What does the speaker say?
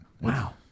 Wow